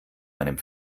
einem